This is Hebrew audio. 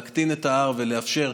להקטין את ה-R ולאפשר,